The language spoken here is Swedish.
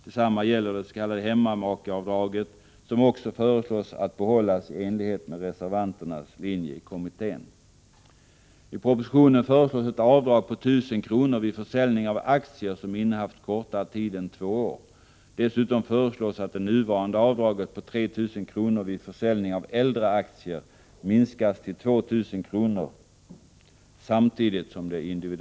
Detsamma gäller det s.k. hemmamakeavdraget, som också föreslås behållas i enlighet med reservanternas linje i kommittén.